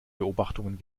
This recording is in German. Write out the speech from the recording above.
beobachtungen